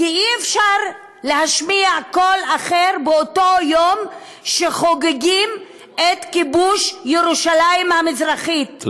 כי אי-אפשר להשמיע קול אחר באותו יום שחוגגים את כיבוש ירושלים המזרחית,